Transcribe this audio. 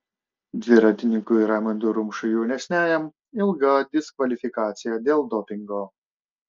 dviratininkui raimondui rumšui jaunesniajam ilga diskvalifikacija dėl dopingo